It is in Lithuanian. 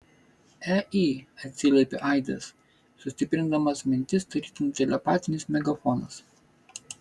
ei atsiliepė aidas sustiprindamas mintis tarytum telepatinis megafonas